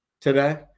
today